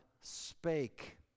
spake